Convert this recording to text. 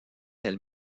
elles